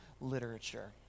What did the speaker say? Literature